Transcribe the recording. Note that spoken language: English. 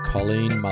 Colleen